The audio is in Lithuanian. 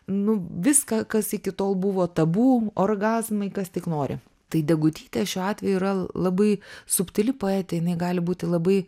nu viską kas iki tol buvo tabu orgazmai kas tik nori tai degutytė šiuo atveju yra labai subtili poetė jinai gali būti labai